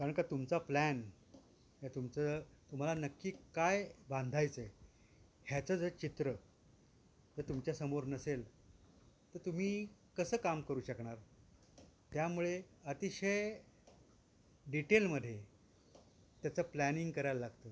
कारण का तुमचा प्लॅन या तुमचं तुम्हाला नक्की काय बांधायचं आहे ह्याचं जर चित्र जर तुमच्यासमोर नसेल तर तुम्ही कसं काम करू शकणार त्यामुळे अतिशय डिटेलमध्ये त्याचं प्लॅनिंग करायला लागतं